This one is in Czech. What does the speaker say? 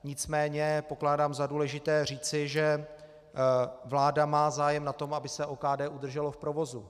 Nicméně pokládám za důležité říci, že vláda má zájem na tom, aby se OKD udrželo v provozu.